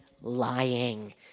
lying